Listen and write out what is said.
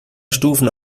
stufen